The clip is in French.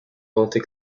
ventes